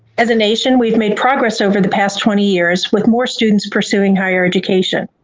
as a nation, we've made progress over the past twenty years with more students pursuing higher education.